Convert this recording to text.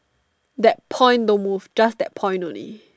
that point don't move just that point only